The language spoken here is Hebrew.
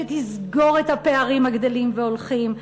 שתסגור את הפערים הגדלים והולכים.